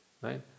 Right